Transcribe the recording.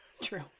True